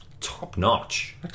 top-notch